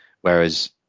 whereas